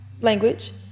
language